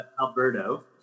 Alberto